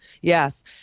Yes